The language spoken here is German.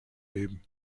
leben